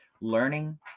learning